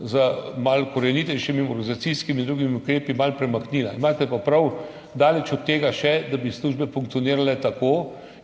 z malo korenitejšimi organizacijskimi in drugimi ukrepi malo premaknila. Imate pa prav, daleč od tega še, da bi službe funkcionirale tako